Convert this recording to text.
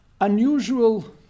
unusual